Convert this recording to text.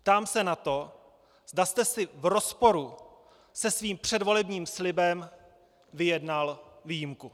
Ptám se na to, zda jste si v rozporu se svým předvolebním slibem vyjednal výjimku.